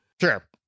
Sure